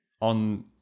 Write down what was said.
on